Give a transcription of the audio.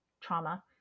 trauma